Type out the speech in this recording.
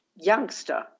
Youngster